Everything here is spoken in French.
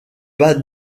pas